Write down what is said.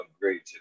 great